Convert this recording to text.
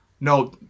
No